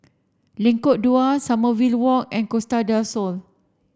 Lengkok Dua Sommerville Walk and Costa del Sol